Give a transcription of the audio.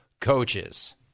coaches